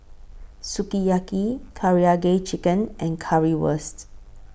Sukiyaki Karaage Chicken and Currywurst